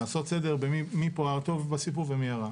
לעשות סדר מי פה הטוב בסיפור ומי הרע.